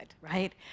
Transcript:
right